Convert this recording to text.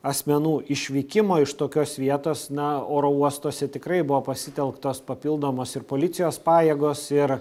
asmenų išvykimo iš tokios vietos na oro uostuose tikrai buvo pasitelktos papildomos ir policijos pajėgos ir